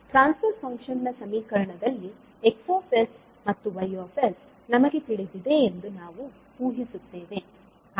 ಟ್ರಾನ್ಸ್ fur function ನ ಸಮೀಕರಣದಲ್ಲಿ X ಮತ್ತು Y ನಮಗೆ ತಿಳಿದಿದೆ ಎಂದು ನಾವು ಊಹಿಸುತ್ತೇವೆ